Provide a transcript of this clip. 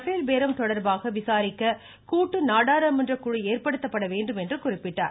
பேல் பேரம் தொடர்பாக விசாரிக்க கூட்டு நாடாளுமன்ற குழு ஏற்படுத்தப்பட வேண்டும் என்று குறிப்பிட்டார்